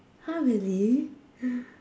!huh! really